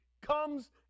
comes